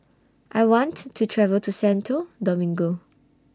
I want to travel to Santo Domingo